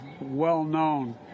well-known